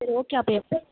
சரி ஓகே அப்போ எப்போ